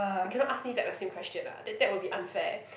you cannot ask me back the same question ah that that will be unfair